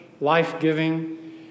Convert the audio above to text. life-giving